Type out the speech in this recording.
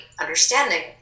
understanding